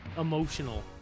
emotional